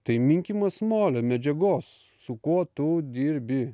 tai minkymas molio medžiagos su kuo tu dirbi